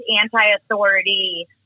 anti-authority